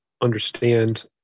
understand